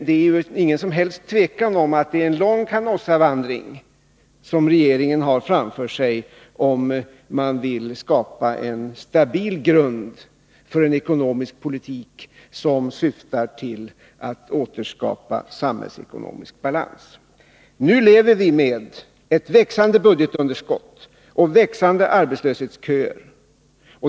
Det är dock inget som helst tvivel om att det är en lång Canossavandring som regeringen har framför sig, om den vill skapa en stabil grund för en ekonomisk politik som syftar till att vi åter skall nå samhällsekonomisk balans. Nu lever vi med ett växande budgetunderskott och växande arbetslöshetsköer.